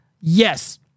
Yes